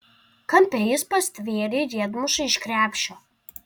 kampe jis pastvėrė riedmušą iš krepšio